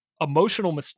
emotional